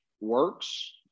works